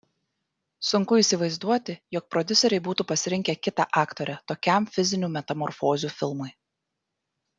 sunku įsivaizduoti jog prodiuseriai būtų pasirinkę kitą aktorę tokiam fizinių metamorfozių filmui